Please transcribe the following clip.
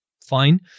fine